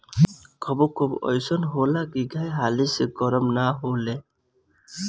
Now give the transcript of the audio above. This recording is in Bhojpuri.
कबो कबो अइसन होला की गाय हाली से गरम ना होले